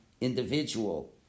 individual